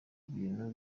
ibintu